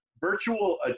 Virtual